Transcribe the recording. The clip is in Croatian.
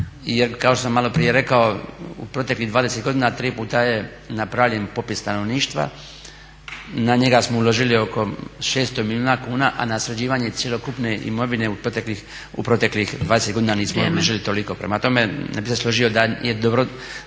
Jer kao što sam maloprije rekao u proteklih 20 godina tri puta je napravljen popis stanovništva, u njega smo uložili oko 600 milijuna kuna, a na sređivanje cjelokupne imovine u proteklih 20 godina nismo uložili toliko. Prema tome, ne bih se složio da je dobro